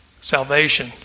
salvation